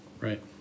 Right